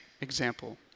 example